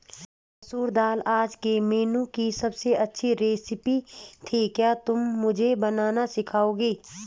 मसूर दाल आज के मेनू की अबसे अच्छी रेसिपी थी क्या तुम मुझे बनाना सिखाओंगे?